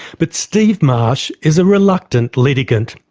but steve marsh is a reluctant litigant.